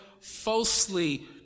falsely